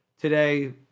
today